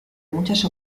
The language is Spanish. muchas